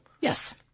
Yes